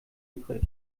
übrig